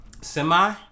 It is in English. semi